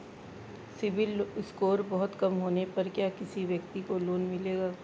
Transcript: CIBIL score बहुत कम होने पर क्या किसी व्यक्ति को लोंन मिलेगा?